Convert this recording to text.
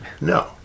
No